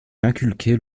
inculquer